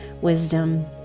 wisdom